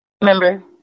Remember